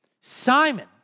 Simon